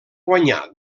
guanyà